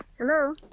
hello